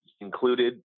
included